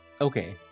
okay